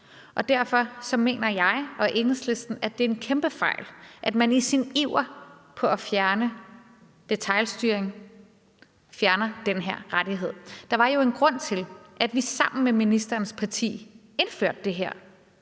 og derfor mener Enhedslisten og jeg, at det er en kæmpefejl, at man i sin iver for at fjerne detailstyring fjerner den her rettighed. Der var jo en grund til, at vi sammen med ministerens parti indførte det her